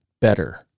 better